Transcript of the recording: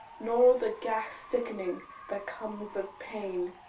nor the ghast sickening that comes of pain,